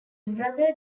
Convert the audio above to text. brother